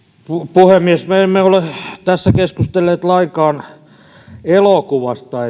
puhemies me emme ole tässä keskustelleet lainkaan elokuvasta